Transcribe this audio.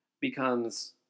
becomes